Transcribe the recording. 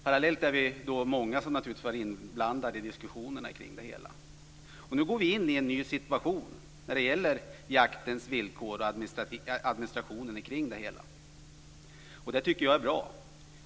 Parallellt med det är vi naturligtvis många som har varit inblandade i diskussionerna kring det hela. Nu går vi in i en ny situation när det gäller jaktens villkor och administrationen kring det hela. Det tycker jag är bra.